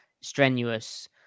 strenuous